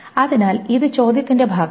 അതിനാൽ ഇത് ചോദ്യത്തിന്റെ ഭാഗമാണ്